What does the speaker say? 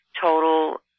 total